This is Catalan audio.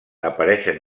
apareixen